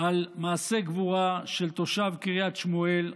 על מעשה גבורה של תושב קריית שמואל,